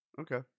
Okay